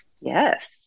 Yes